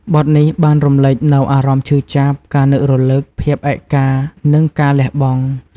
បទនេះបានរំលេចនូវអារម្មណ៍ឈឺចាប់ ការនឹករលឹក ភាពឯកា និងការលះបង់។